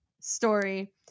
story